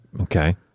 Okay